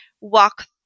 walk